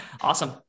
Awesome